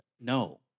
No